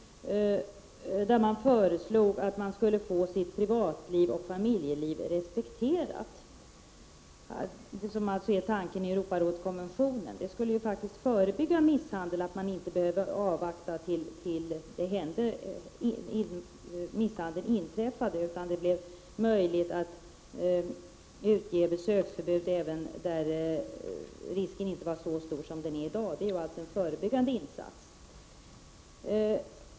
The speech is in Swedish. Det föreslogs att man skulle få sitt privatliv och familjeliv respekterat. Det är tanken i Europarådskonventionen. Det skulle också kunna förebygga misshandel om man inte behövde avvakta tills misshandeln har inträffat, utan det skulle bli möjligt att utge besöksförbud även när risken inte är så stor som det krävs i dag. Det är en förebyggande insats.